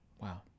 Wow